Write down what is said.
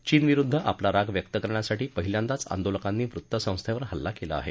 चीन विरुद्ध आपला राग व्यक्त करण्यासाठी पहिल्यांदाच आंदोलकांनी वृत्त संस्थेवर हल्ला केला आहे